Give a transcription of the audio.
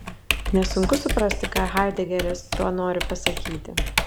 nesunku suprasti ką haidegeris tuo nori pasakyti